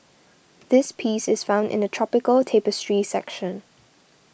this piece is found in the Tropical Tapestry section